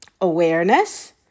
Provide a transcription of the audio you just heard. awareness